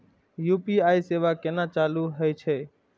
UPI सेवा केना चालू है छै?